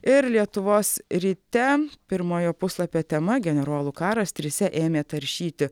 ir lietuvos ryte pirmojo puslapio tema generolų karas trise ėmė taršyti